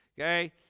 okay